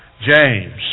James